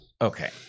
okay